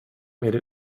made